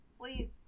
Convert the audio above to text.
Please